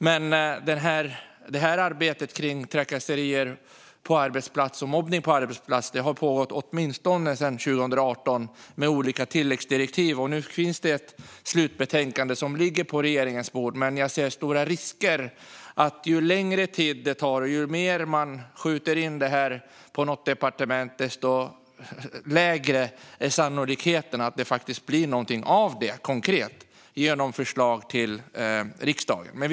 Men arbetet kring trakasserier och mobbning på arbetsplatser har pågått åtminstone sedan 2018 med olika tilläggsdirektiv, och nu finns det ett slutbetänkande som ligger på regeringens bord. Men jag ser stora risker: Ju längre tid det tar och ju mer man skjuter in detta på något departement, desto lägre är sannolikheten att det faktiskt blir något konkret av det genom förslag till riksdagen.